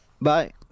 bye